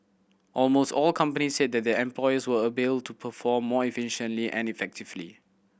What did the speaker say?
almost all companies said that their employees were able to perform more efficiently and effectively